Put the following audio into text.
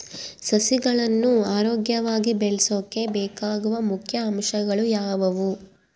ಸಸಿಗಳನ್ನು ಆರೋಗ್ಯವಾಗಿ ಬೆಳಸೊಕೆ ಬೇಕಾಗುವ ಮುಖ್ಯ ಅಂಶಗಳು ಯಾವವು?